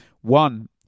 One